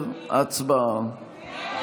10, הצבעה.